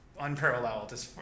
unparalleled